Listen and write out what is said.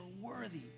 worthy